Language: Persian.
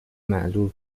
معلول